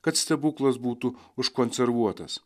kad stebuklas būtų užkonservuotas